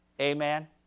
Amen